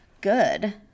good